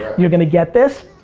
you're gonna get this.